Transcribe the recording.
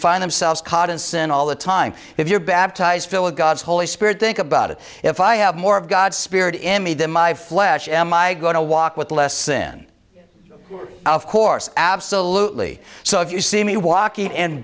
find themselves caught in sin all the time if you're baptized philip god's holy spirit think about it if i have more of god's spirit in me than my flesh am i going to walk with less then of course absolutely so if you see me walking and